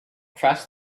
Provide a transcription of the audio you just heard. press